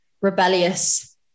rebellious